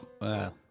Wow